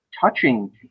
touching